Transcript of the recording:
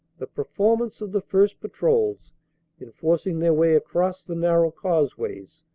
the performance of the first patrols in forcing their way across the narrow causeways,